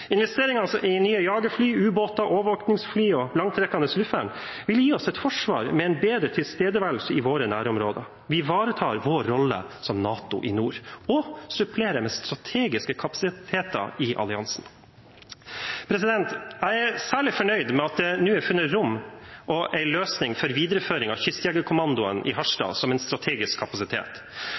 i nye jagerfly, ubåter, overvåkingsfly og langtrekkende luftvern vil gi oss et forsvar med en bedre tilstedeværelse i våre nærområder. Vi ivaretar vår rolle som NATO i nord og supplerer med strategiske kapasiteter i alliansen. Jeg er særlig fornøyd med at det nå er funnet rom og en løsning for videreføring av Kystjegerkommandoen i Harstad som en strategisk kapasitet.